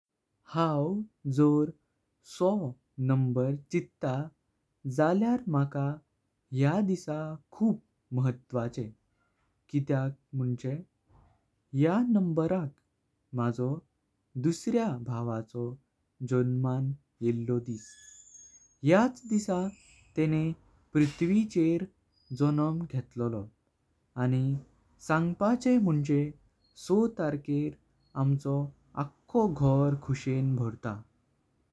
हांव जोर सहा नंबर चिट्टा जाल्यार माका ह्या दिसा खूप महत्वाचें किद्याक मुण्चे ह्या नंबराक माझो दुसऱ्या भावाचो जन्मं येळो दिस। ह्याच दिसा तेंगे पृथ्विचेर जन्मं घेत्तलोलो आनी सांगपाचें मुण्चे सहा तार्केर आमचो आको घर खुशें भरता।